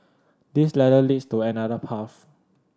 this ladder leads to another path